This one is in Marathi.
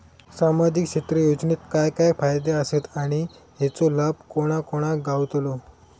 सामजिक क्षेत्र योजनेत काय काय फायदे आसत आणि हेचो लाभ कोणा कोणाक गावतलो?